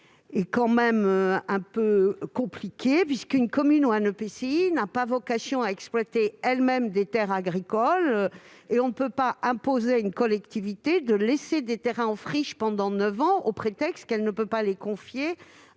me semble assez compliquée puisqu'une commune ou un EPCI n'a pas vocation à exploiter directement des terres agricoles. On ne peut pas imposer à une collectivité de laisser des terrains en friche pendant neuf ans au prétexte qu'elle ne peut pas les confier